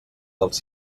dels